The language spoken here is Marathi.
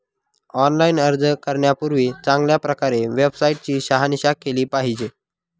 ऑनलाइन अर्ज करण्यापूर्वी चांगल्या प्रकारे वेबसाईट ची शहानिशा केली पाहिजे